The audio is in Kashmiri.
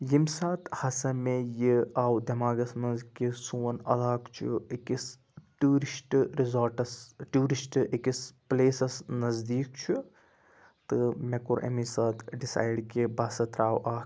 ییٚمہِ ساتہٕ ہَسا مےٚ یہِ آو دیٚماغَس منٛز کہِ سوٗن علاقہٕ چھُ أکِس ٹیوٗرِسٹہٕ رِزاٹَس ٹیوٗرِسٹہٕ أکِس پٕلیسَس نزدیٖک چھُ تہٕ مےٚ کوٚر اَمے ساتہٕ ڈِسایڈ کہِ بہٕ ہَسا ترٛاو اَکھ